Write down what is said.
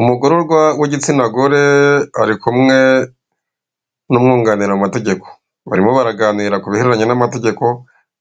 Umugororwa w'igitsina gore ari kumwe n'umwunganira mu mategeko barimo baraganira ku bihereye n'amategeko